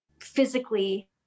physically